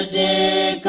the